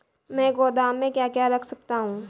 मैं गोदाम में क्या क्या रख सकता हूँ?